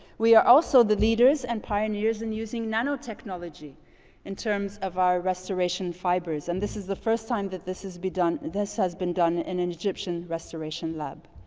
we are also the leaders and pioneers in using nanotechnology in terms of our restoration fibers. and this is the first time that this his been done this has been done in an egyptian restoration lab.